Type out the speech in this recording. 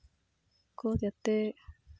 ᱠᱚ ᱡᱟᱛᱮ